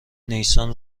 نیسان